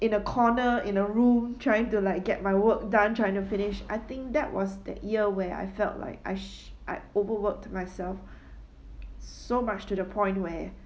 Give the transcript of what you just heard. in a corner in a room trying to like get my work done trying to finish I think that was the year where I felt like I s~ I'd overworked myself so much to the point where